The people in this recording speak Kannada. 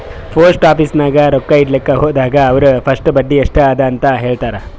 ಪೋಸ್ಟ್ ಆಫೀಸ್ ನಾಗ್ ರೊಕ್ಕಾ ಇಡ್ಲಕ್ ಹೋದಾಗ ಅವ್ರ ಫಸ್ಟ್ ಬಡ್ಡಿ ಎಸ್ಟ್ ಅದ ಅಂತ ಹೇಳ್ತಾರ್